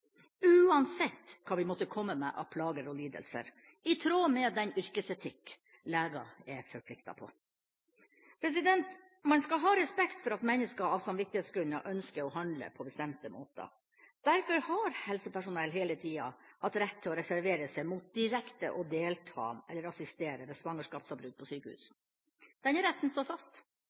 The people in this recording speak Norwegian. uansett hva de måtte komme med av plager og lidelser – i tråd med den yrkesetikk leger er forpliktet på. Man skal ha respekt for at mennesker av samvittighetsgrunner ønsker å handle på bestemte måter. Derfor har helsepersonell hele tiden hatt rett til å reservere seg mot direkte å delta eller assistere ved svangerskapsavbrudd på sykehus. Denne retten står fast.